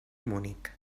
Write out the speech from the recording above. munic